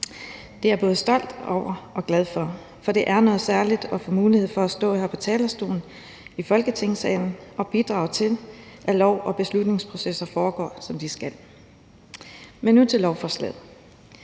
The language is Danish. Det er jeg både stolt over og glad for, for det er noget særligt at få mulighed for at stå her på talerstolen i Folketingssalen og bidrage til, at lov- og beslutningsprocesser foregår, som de skal. Men nu til lovforslaget.